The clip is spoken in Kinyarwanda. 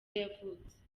yavutse